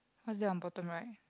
what's that on bottom right